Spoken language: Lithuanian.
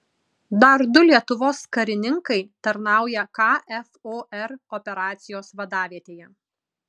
dar du lietuvos karininkai tarnauja kfor operacijos vadavietėje